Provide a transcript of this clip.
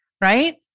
right